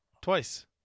Twice